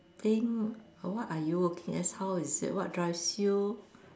think what are you working as how is it what drives you